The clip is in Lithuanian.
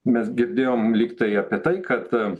mes girdėjom lyg tai apie tai kad